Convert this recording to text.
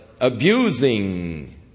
abusing